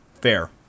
Fair